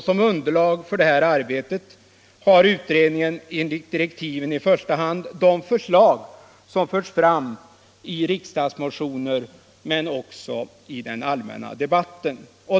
Som underlag för detta arbete har utredningen enligt direktiven i första hand de förslag som har förts frarn i riksdagsmotioner men också i den allmänna debatten.